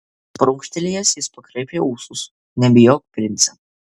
prunkštelėjęs jis pakraipė ūsus nebijok prince